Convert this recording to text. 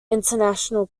international